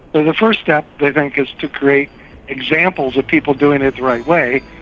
the the first step i think is to create examples of people doing it the right way,